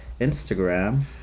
Instagram